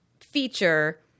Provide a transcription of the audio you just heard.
feature